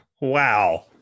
Wow